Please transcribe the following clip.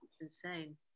insane